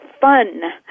fun